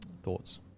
thoughts